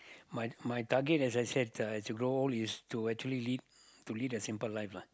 my my target as I said uh to grow old is to actually lead to lead a simple life lah